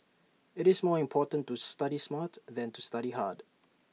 IT is more important to study smart than to study hard